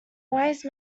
wise